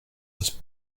was